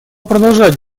продолжать